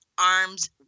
arm's